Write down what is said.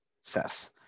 Sess